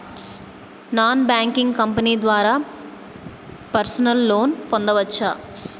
Non banking company ద్వారా personal loan పొందవచ్చా?